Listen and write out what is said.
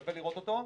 שווה לראות אותו,